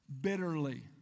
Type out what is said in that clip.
bitterly